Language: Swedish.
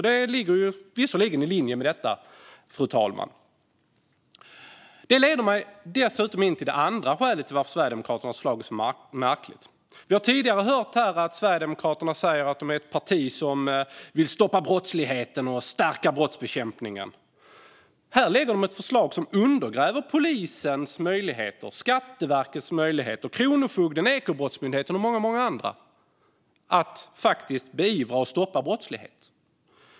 Det ligger i linje med detta, fru talman. Detta leder mig in på det andra skälet till att Sverigedemokraternas förslag är märkligt. Vi har tidigare hört Sverigedemokraterna säga att de är ett parti som vill stoppa brottsligheten och stärka brottsbekämpningen. Här lägger de fram ett förslag som undergräver möjligheterna för polisen, Skatteverket, Kronofogden, Ekobrottsmyndigheten och många andra att faktiskt beivra och stoppa brottslighet.